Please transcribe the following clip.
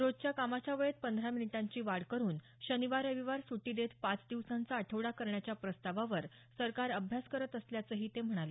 रोजच्या कामाच्या वेळेत पंधरा मिनिटांची वाढ करून शनिवार रविवार सुटी देत पाच दिवसांचा आठवडा करण्याच्या प्रस्तावावर सरकार अभ्यास करत असल्याचंही ते म्हणाले